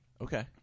Okay